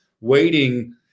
waiting